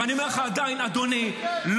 אבל אני אומר לך עדיין "אדוני" ,